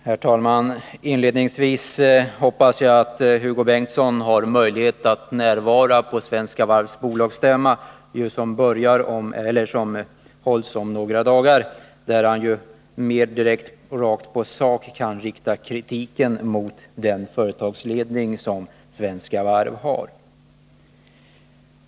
Herr talman! Inledningsvis vill jag säga att jag hoppas att Hugo Bengtsson har möjlighet att närvara på Svenska Varvs bolagsstämma som hålls om några dagar, där han ju mer direkt rakt på sak kan rikta kritiken mot den företagsledning som Svenska Varv har.